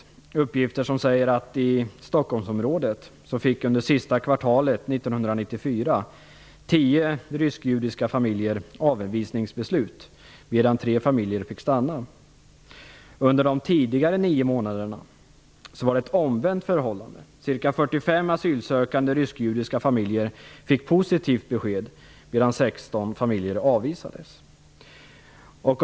De uppgifterna säger att i Stockholmsområdet mottog under det sista kvartalet 1994 tio ryskjudiska familjer avvisningsbeslut, medan tre familjer fick stanna. Under de tidigare nio månaderna var det ett omvänt förhållande. Ca 45 asylsökande ryskjudiska familjer fick positivt besked, medan 16 familjer avvisades.